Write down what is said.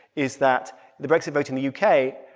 is that the brexit vote in the u k.